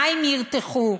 המים ירתחו,